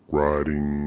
riding